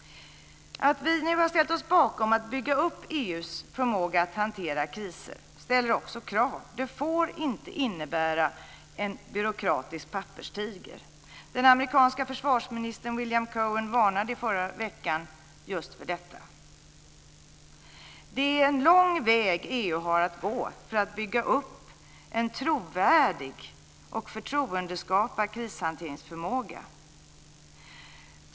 Att vi nu har ställt oss bakom att bygga upp EU:s förmåga att hantera kriser ställer också krav. Det får inte innebära en byråkratisk papperstiger. Den amerikanske försvarsministern William Cohen varnade i förra veckan just för detta. Det är en lång väg EU har att gå för att bygga upp en trovärdig och förtroendeskapande krishanteringsförmåga.